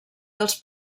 dels